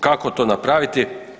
Kako to napraviti?